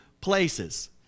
places